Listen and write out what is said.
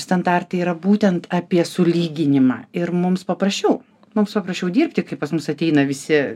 standartai yra būtent apie sulyginimą ir mums paprasčiau mums paprasčiau dirbti kai pas mus ateina visi